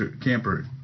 camper